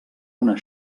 una